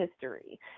history